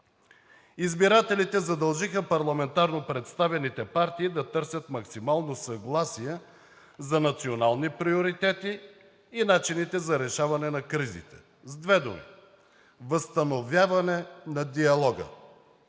Избирателите задължиха парламентарно представените партии да търсят максимално съгласие за национални приоритети и начините за решаване на кризите. С две думи – възстановяване на диалога.